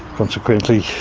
consequently